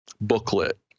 booklet